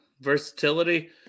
Versatility